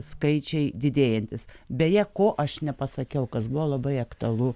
skaičiai didėjantys beje ko aš nepasakiau kas buvo labai aktualu